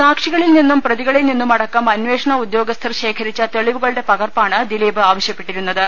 സാക്ഷിക ളിൽ നിന്നും പ്രതികളിൽ നിന്നുമടക്കം അന്വേഷണ ഉദ്യോഗസ്ഥർ ശേഖരിച്ച തെളിവുകളുടെ പകർപ്പാണ് ദിലീപ് ആവശ്യപ്പെട്ടിരു ന്നത്